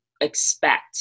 expect